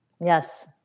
Yes